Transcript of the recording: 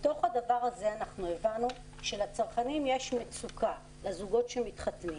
בתוך הדבר הזה הבנו שלזוגות המתחתנים